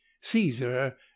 Caesar